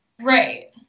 right